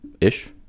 ish